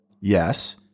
Yes